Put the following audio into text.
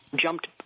jumped